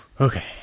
Okay